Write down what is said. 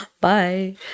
Bye